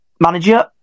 manager